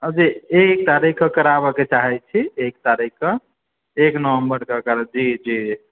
जी एक तारीखके कराबयके चाहे छी एक तारीखके एक नवम्बरके जी जी